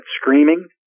screaming